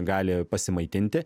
gali pasimaitinti